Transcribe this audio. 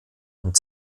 und